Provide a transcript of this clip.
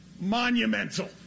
monumental